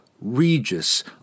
Regis